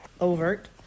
overt